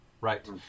right